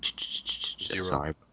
zero